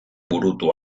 burutu